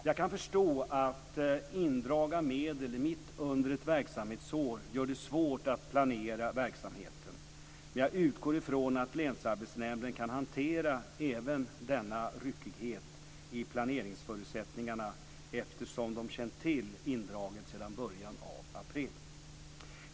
Jag kan förstå att indrag av medel mitt under ett verksamhetsår gör det svårt att planera verksamheten, men jag utgår från att länsarbetsnämnden kan hantera även denna ryckighet i planeringsförutsättningarna eftersom man känt till denna indragning sedan början av april.